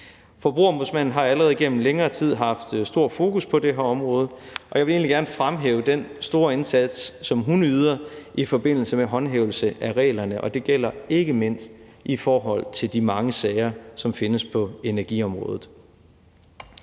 Forbrugerombudsmanden har allerede gennem længere tid haft et stort fokus på det her område, og jeg vil egentlig gerne fremhæve den store indsats, som hun yder i forbindelse med håndhævelse af reglerne, og det gælder ikke mindst i forhold til de mange sager, som findes på energiområdet.